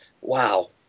wow